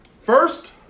First